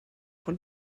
von